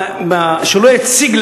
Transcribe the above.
שלא יציג,